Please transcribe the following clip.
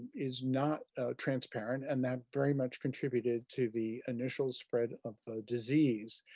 is not transparent. and that very much contributed to the initial spread of the disease.